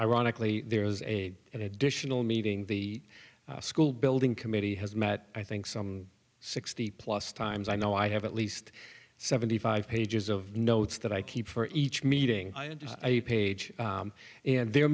ironically there is a additional meeting the school building committee has met i think some sixty plus times i know i have at least seventy five pages of notes that i keep for each meeting page and they